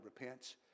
repents